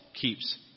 keeps